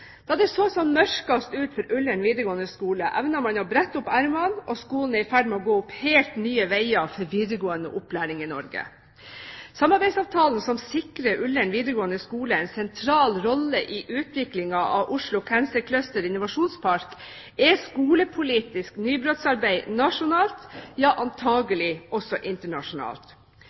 Da det så som mørkest ut for Ullern videregående skole, evnet man å brette opp ermene, og skolen er i ferd med å gå opp helt nye veier for videregående opplæring i Norge. Samarbeidsavtalen som sikrer Ullern videregående skole en sentral rolle i utviklingen av Oslo Cancer Cluster Innovasjonspark, er skolepolitisk nybrottsarbeid nasjonalt – ja, antagelig også internasjonalt.